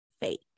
fake